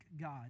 God